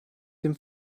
dem